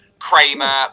kramer